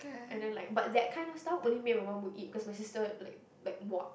and then like but that kind of stuff only me and my mum would eat cause my sister like like muak